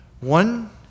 One